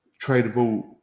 tradable